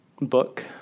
book